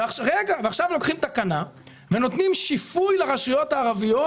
עכשיו לוקחים תקנה ונותנים שיפוי לרשויות הערביות